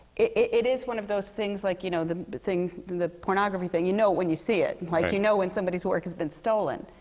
it it is one of those things like, you know, the thing the pornography thing. you know it when you see it. like, you know when somebody's work has been stolen.